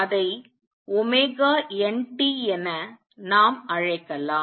அதை omega n t என நாம் அழைக்கலாம்